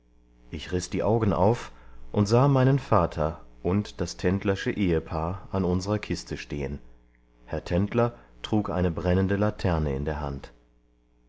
ich riß die augen auf und sah meinen vater und das tendlersche ehepaar an unserer kiste stehen herr tendler trug eine brennende laterne in der hand